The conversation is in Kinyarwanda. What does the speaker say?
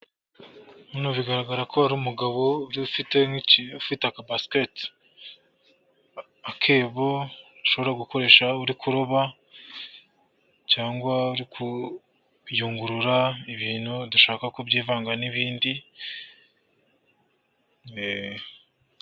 Umugabo ufite akebo gashobora gukoreshwa uri kuroba cyangwa kuyungurura ibintu udashaka kubyivanga n'ibindi.